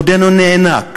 עודנו נאנק,